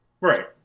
right